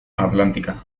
atlántica